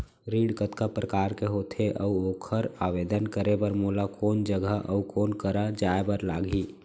ऋण कतका प्रकार के होथे अऊ ओखर आवेदन करे बर मोला कोन जगह अऊ कोन करा जाए बर लागही?